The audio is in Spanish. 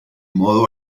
modo